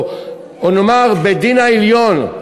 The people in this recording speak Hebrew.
או נאמר בית-הדין העליון,